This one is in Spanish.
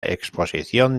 exposición